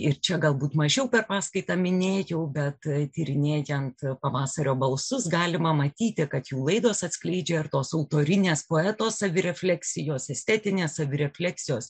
ir čia galbūt mažiau per paskaitą minėjau bet tyrinėjant pavasario balsus galima matyti kad jų laidos atskleidžia ir tos autorinės poeto savirefleksijos estetinės savirefleksijos